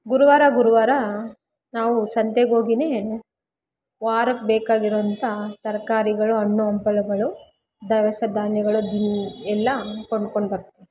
ಗುರುವಾರ ಗುರುವಾರ ನಾವು ಸಂತೆಗೆ ಹೋಗಿನೆ ವಾರಕ್ಕೆ ಬೇಕಾಗಿರೊಂಥ ತರಕಾರಿಗಳು ಹಣ್ಣು ಹಂಪಲುಗಳು ದವಸ ಧಾನ್ಯಗಳು ದಿನ್ ಎಲ್ಲ ಕೊಂಡ್ಕೊಂಡು ಬರ್ತೀವಿ